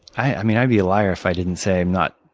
i mean, i'd be a liar if i didn't say i'm not